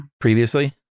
Previously